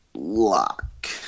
Lock